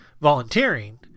volunteering